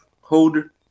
Holder